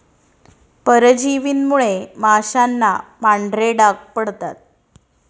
परजीवींमुळे माशांना पांढरे डाग पडतात